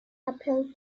appeal